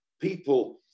people